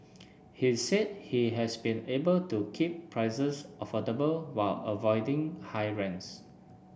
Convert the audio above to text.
he said he has been able to keep prices affordable while avoiding high rents